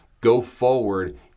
go-forward